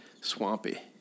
swampy